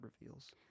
reveals